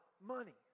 money